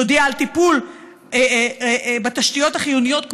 תודיע על טיפול בתשתיות החיוניות,